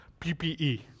PPE